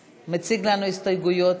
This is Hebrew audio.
מציג לנו הסתייגויות.